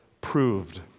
proved